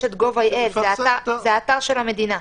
יש את gov.il, שזה האתר של המדינה.